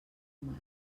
mar